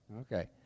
Okay